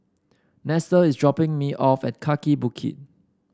Nestor is dropping me off at Kaki Bukit